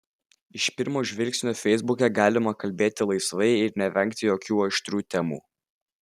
iš pirmo žvilgsnio feisbuke galima kalbėti laisvai ir nevengti jokių aštrių temų